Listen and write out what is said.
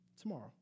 tomorrow